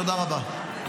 תודה רבה.